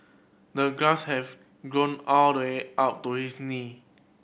the grass have grown all the way out to his knee